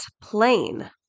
plain